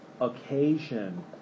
occasion